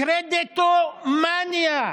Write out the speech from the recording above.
קרדיטומניה.